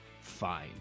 fine